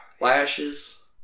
Lashes